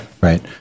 right